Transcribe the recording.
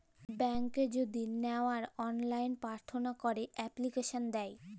ব্যাংকে যদি লেওয়ার অললাইন পার্থনা ক্যরা এপ্লিকেশন দেয়